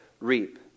reap